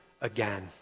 again